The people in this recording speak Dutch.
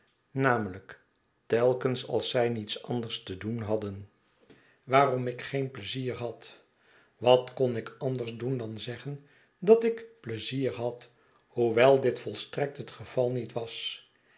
namelijk telkens als zy niets anders te doen hadden waarom ik geen pleizier had wat kon ik anders doen dan zeggen dat ik pleizier had hoewel dit volstrekt het geval met was